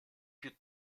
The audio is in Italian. più